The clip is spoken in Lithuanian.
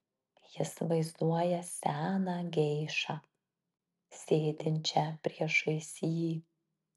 jis vaizduoja seną geišą sėdinčią priešais jį